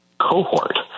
cohort